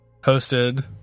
hosted